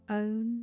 own